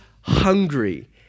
hungry